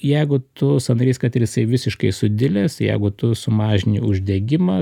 jeigu tu sąnarys kad ir jisai visiškai sudilęs jeigu tu sumažini uždegimą